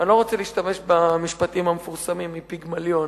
ואני לא רוצה להשתמש במשפטים המפורסמים מ"פיגמליון"